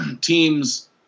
teams